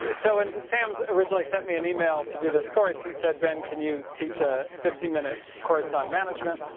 and so when and sam originally sent me an email to do this course, he said ben can you teach a fifteen minute course on management.